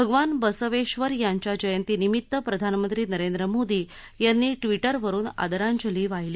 भगवान बसवेश्वर यांच्या जयंतीनिमित्त प्रधानमंत्री नरेंद्र मोदी यांनी ट्विटरवरुन आदरांजली वाहिली